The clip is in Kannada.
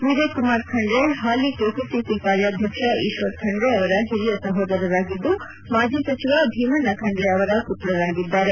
ವಿಜಯಕುಮಾರ್ ಖಂಡೈ ಹಾಲಿ ಕೆಪಿಸಿಸಿ ಕಾರ್ಯಾಧ್ಯಕ್ಷ ಈಶ್ವರ್ ಖಂಡೈ ಅವರ ಹಿರಿಯ ಸಹೋದರರಾಗಿದ್ಲು ಮಾಜಿ ಸಚಿವ ಭೀಮಣ್ಣ ಖಂಡ್ರೆ ಅವರ ಪುತ್ರರಾಗಿದ್ದಾರೆ